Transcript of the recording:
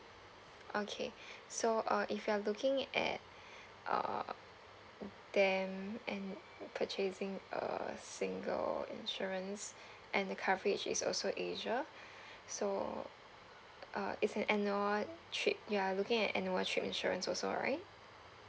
okay so uh if you are looking at uh then and purchasing a single insurance and the coverage is also asia so uh it's an annual trip you are looking at annual trip insurance also right